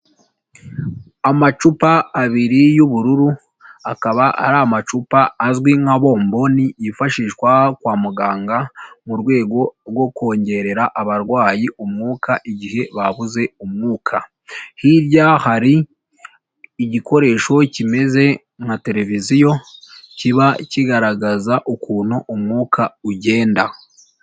Amacupa abiri y'ubururu akaba ari amacupa azwi nka bomboni yifashishwa kwa muganga mu rwego rwo kongerera abarwayi umwuka igihe babuze umwuka, hirya hari igikoresho kimeze nka televiziyo kiba kigaragaza ukuntu umwuka ugenda.